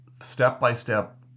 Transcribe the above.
step-by-step